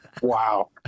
Wow